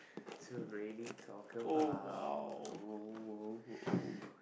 to really talk about oh